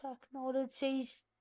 Technologies